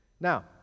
Now